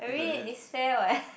I mean it's fair what